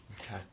Okay